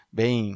bem